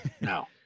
No